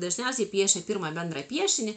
dažniausiai piešia pirmą bendrą piešinį